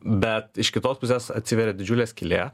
bet iš kitos pusės atsiveria didžiulė skylė